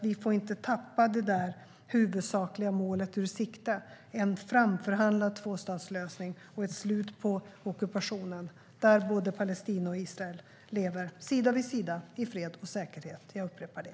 Vi får inte tappa det huvudsakliga målet ur sikte - ett slut på ockupationen och en framförhandlad tvåstatslösning där Palestina och Israel lever sida vid sida i fred och säkerhet. Jag upprepar det.